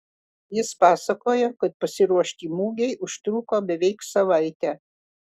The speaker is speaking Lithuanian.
jis pasakojo kad pasiruošti mugei užtruko beveik savaitę